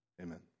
Amen